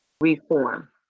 reform